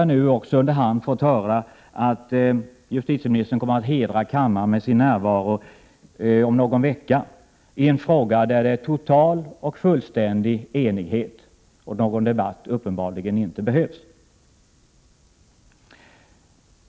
Jag har nu under hand hört en uppgift om att justitieministern kommer att hedra kammaren med sin närvaro om någon vecka, då en fråga om vilken det råder total och fullständig enighet skall behandlas och någon debatt uppenbarligen inte behövs.